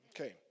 Okay